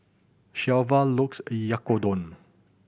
Shelva looks Oyakodon